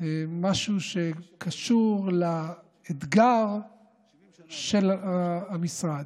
משהו שקשור לאתגר של המשרד.